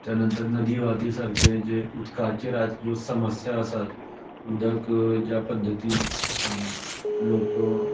त्या नंतर नदी वांहते त्या सारक्या तें जें उदकाचेर आज ज्यो समस्या आसात उदक ज्या पद्दतीन लोक